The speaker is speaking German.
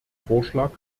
vorschlag